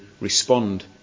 respond